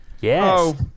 Yes